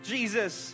Jesus